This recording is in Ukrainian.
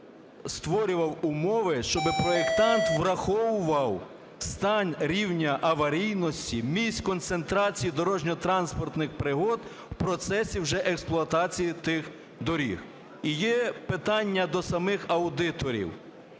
створював умови, щоби проектант враховував стан рівня аварійності місць концентрації дорожньо-транспортних пригод в процесі вже експлуатації тих доріг. І є питання до самих аудиторів.